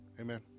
Amen